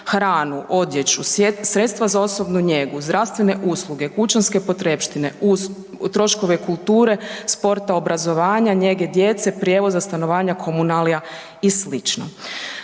hranu, odjeću, sredstva za osobnu njegu, zdravstvene usluge, kućanske potrepštine uz troškove kulture, sporta, obrazovanja, njege djece, prijevoza, stanovanja, komunalija i sl.